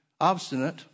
obstinate